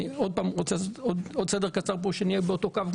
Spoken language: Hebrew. אני רוצה לעשות עוד סדר כדי שנהיה באותו קו.